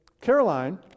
Caroline